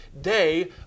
day